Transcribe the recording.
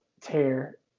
tear